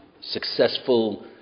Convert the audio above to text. successful